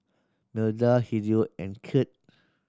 Milda Hideo and Kirt